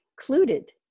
included